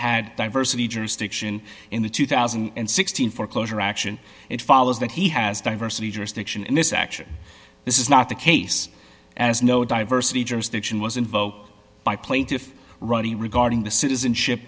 had diversity jurisdiction in the two thousand and sixteen foreclosure action it follows that he has diversity jurisdiction in this action this is not the case as no diversity jurisdiction was invoked by plaintiff ronnie regarding the citizenship